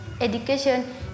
education